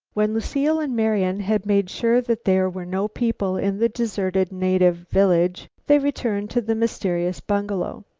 when lucile and marian had made sure that there were no people in the deserted native village, they returned to the mysterious bungalow.